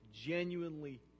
genuinely